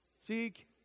seek